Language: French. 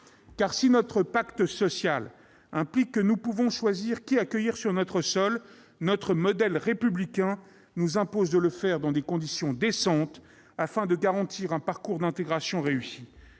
si notre pacte social implique que nous pouvons choisir qui accueillir sur notre sol, notre modèle républicain nous impose de le faire dans des conditions décentes, afin de garantir un parcours d'intégration réussi.